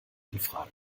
infrage